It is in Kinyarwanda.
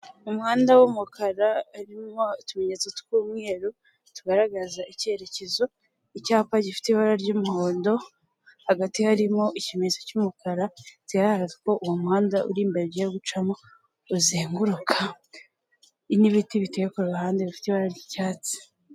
Umuhanda w'umukara harimo utumenyetso tw'umweru tugaragaza icyerekezo, icyapa gifite ibara ry'umuhondo, hagati harimo ikimenyetso cy'umukara, kigaragaza ko uwo muhanda uri imbere ugiye gucamo uzenguruka, n'ibiti biteye ku ruhande bifite ibara ry'icyatsi.